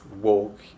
walk